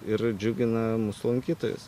ir džiugina mūsų lankytojus